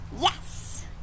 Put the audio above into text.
Yes